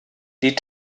die